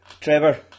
Trevor